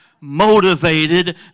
Motivated